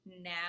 now